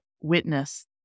witness